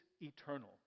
eternal